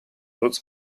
routes